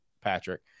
Patrick